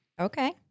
okay